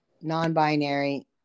non-binary